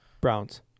Browns